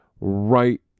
right